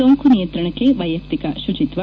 ಸೋಂಕು ನಿಯಂತ್ರಣಕ್ಕೆ ವೈಯಕ್ತಿಕ ಶುಚಿತ್ವ